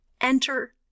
Enter